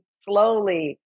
slowly